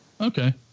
Okay